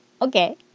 Okay